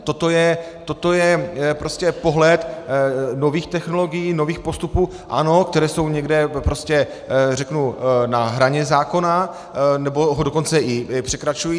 Toto je prostě pohled nových technologií, nových postupů, ano, které jsou někde prostě, řeknu, na hraně zákona, nebo ho dokonce i překračují.